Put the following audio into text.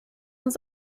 uns